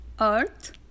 earth